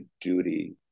duty